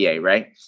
Right